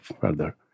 further